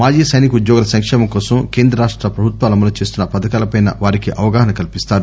మాజీ సైనికోద్యోగుల సంక్షేమం కోసం కేంద్ర రాష్ట పభుత్వాలు అమలు చేస్తున్న పథకాలపై వారికి అవగాహన కల్పిస్తారు